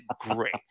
great